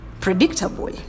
predictable